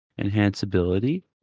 Enhanceability